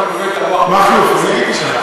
אתה מבלבל את המוח, מכלוף, אני הייתי שם.